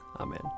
Amen